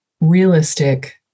realistic